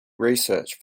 research